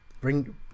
Bring